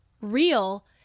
real